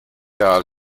ajal